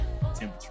temperature